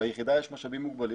ליחידה יש משאבים מוגבלים,